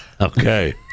Okay